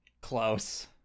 close